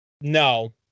No